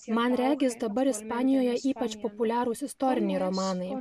man regis dabar ispanijoje ypač populiarūs istoriniai romanai